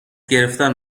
گرفتن